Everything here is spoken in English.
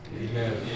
Amen